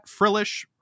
Frillish